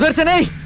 today.